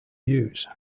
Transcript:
use